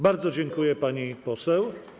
Bardzo dziękuję, pani poseł.